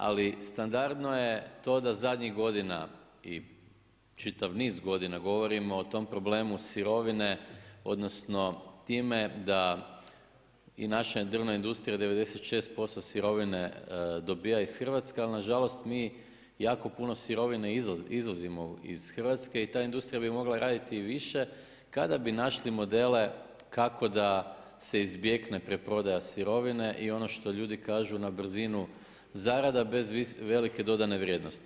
Ali standardno je to da zadnjih godina i čitav niz godina govorimo o tom problemu sirovine, odnosno time da i naša drvna industrija 96% sirovine dobiva iz Hrvatske ali nažalost mi jako puno sirovine izvozimo iz Hrvatske i ta industrija bi mogla raditi i više kada bi našli modele kako da se izbjegne preprodaja sirovine i ono što ljudi kažu na brzinu zarada bez velike dodane vrijednosti.